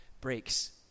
breaks